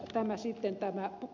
tämä sitten tämä j